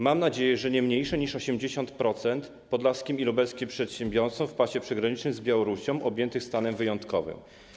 Mam nadzieję, że nie mniejsze niż 80% podlaskim i lubelskim przedsiębiorcom w pasie przygranicznym z Białorusią objętych stanem wyjątkowym.